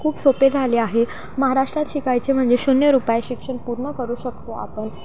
खूप सोपे झाले आहे महाराष्ट्रात शिकायचे म्हणजे शून्य रुपयात शिक्षण पूर्ण करू शकतो आपण